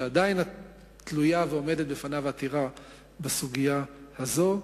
שעדיין תלויה ועומדת בפניו עתירה בסוגיה הזאת.